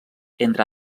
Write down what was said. entre